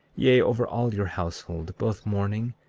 yea, over all your household, both morning,